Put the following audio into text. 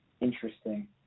interesting